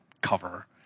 cover